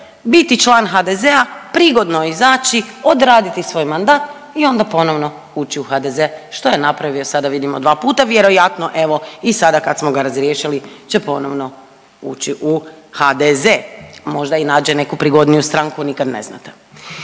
biti član HDZ-a, prigodno izaći, odraditi svoj mandat i onda ponovno ući u HDZ što je napravio sada vidimo dva puta vjerojatno evo i sada kad smo ga razriješili će ponovno ući u HDZ, možda nađe i neku prigodniju stranku, nikad ne znate.